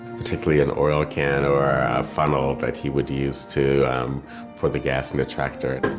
particularly an oil can or a funnel that he would use to um pour the gas in the tractor.